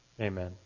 Amen